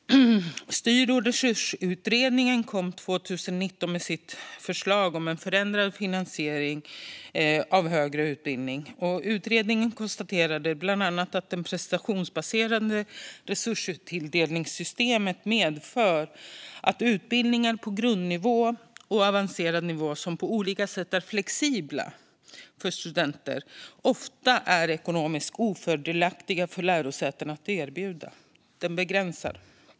Styr och resursutredningen kom 2019 med sitt förslag om förändrad finansiering av högre utbildning. Utredningen konstaterade bland annat att det prestationsbaserade resurstilldelningssystemet medför att utbildningar på grundnivå och avancerad nivå, som på olika sätt är flexibla för studenter, ofta är ekonomiskt ofördelaktiga för lärosäten att erbjuda. Det begränsar.